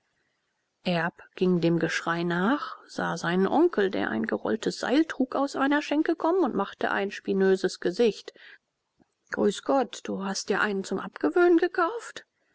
erb ging dem geschrei nach sah seinen onkel der ein gerolltes seil trug aus einer schenke kommen und machte ein spinöses gesicht grüß gott du hast dir einen zum abgewöhnen gekauft